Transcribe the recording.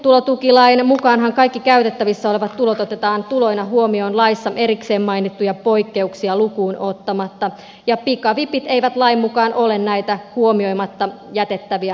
toimeentulotukilain mukaanhan kaikki käytettävissä olevat tulot otetaan tuloina huomioon laissa erikseen mainittuja poikkeuksia lukuun ottamatta ja pikavipit eivät lain mukaan ole näitä huomioimatta jätettäviä tuloja